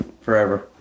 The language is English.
forever